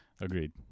Agreed